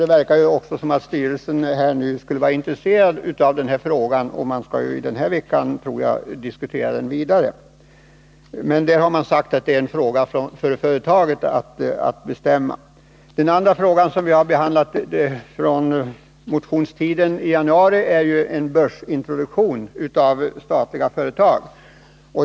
Det verkar också som om styrelsen för LKAB nu skulle vara intresserad av den frågan — man skall i veckan diskutera den vidare. Utskottet har emellertid sagt att det är en fråga där företaget skall bestämma. Under motionstiden i januari framfördes önskemål om en börsintroduktion av statliga företag.